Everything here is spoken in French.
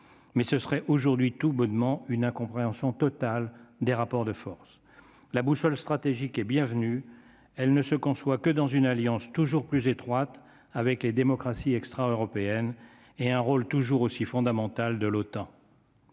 mais ce serait aujourd'hui tout bonnement une incompréhension totale des rapports de force la boussole stratégique et bienvenue, elle ne se conçoit que dans une alliance toujours plus étroite avec les démocraties extra-européenne est un rôle toujours aussi fondamentale de l'OTAN.